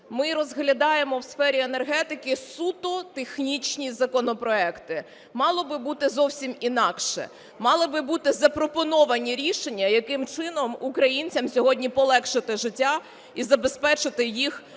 ми розглядаємо у сфері енергетики суто технічні законопроекти. Мало би бути зовсім інакше: мали би бути запропоновані рішення, яким чином українцям сьогодні полегшити життя і забезпечити їх електроенергією